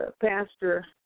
pastor